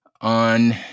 on